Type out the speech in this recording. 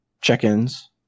check-ins